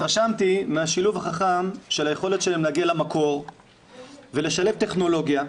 התרשמתי מהשילוב החכם של היכולת שלהם להגיע למקור ולשלב טכנולוגיה.